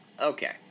Okay